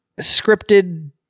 scripted